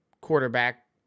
quarterback